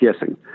guessing